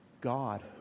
God